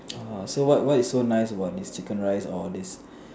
orh so what what is so nice about this chicken rice or this